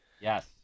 Yes